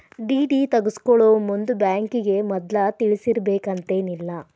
DD ತಗ್ಸ್ಕೊಳೊಮುಂದ್ ಬ್ಯಾಂಕಿಗೆ ಮದ್ಲ ತಿಳಿಸಿರ್ಬೆಕಂತೇನಿಲ್ಲಾ